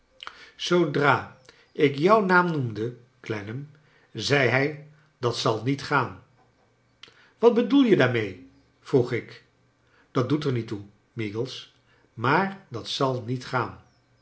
zoodra ik jouw naa m noemde clennam zei hij dat zal niet gaa n wat bedoel je daarmee vroeg ik dat doet er niet toe meagles maar dat zal niet gaan